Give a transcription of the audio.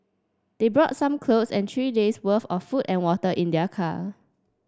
they brought some clothes and three days' worth of food and water in their car